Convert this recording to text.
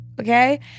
okay